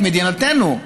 את מדינתנו,